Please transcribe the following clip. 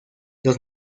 los